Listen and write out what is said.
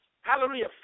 Hallelujah